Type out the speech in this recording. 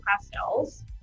pastels